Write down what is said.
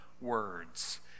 Words